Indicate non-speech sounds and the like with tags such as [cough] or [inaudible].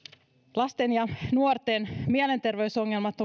lasten ja nuorten mielenterveysongelmat [unintelligible]